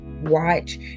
watch